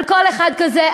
על כל אחד כזה,